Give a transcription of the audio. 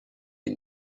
est